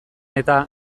eta